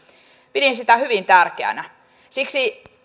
pidin sitä hyvin tärkeänä siksi